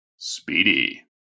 Speedy